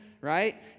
right